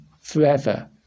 forever